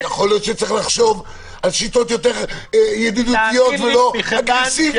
יכול להיות שצריך לחשוב על שיטות יותר ידידותיות ולא אגרסיביות.